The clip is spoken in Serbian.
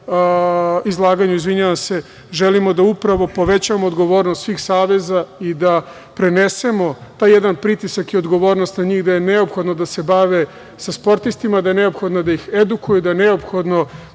izlaganju, želimo da upravo povećamo odgovornost svih saveza i da prenesemo taj jedan pritisak i odgovornost na njih da je neophodno da se bave sa sportistima, da je neophodno da ih edukuju, da je neophodno